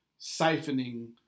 siphoning